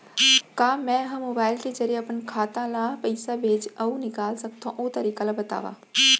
का मै ह मोबाइल के जरिए अपन खाता ले पइसा भेज अऊ निकाल सकथों, ओ तरीका ला बतावव?